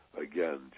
again